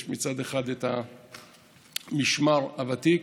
יש מצד אחד את המשמר הוותיק